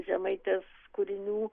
žemaitės kūrinių